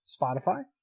Spotify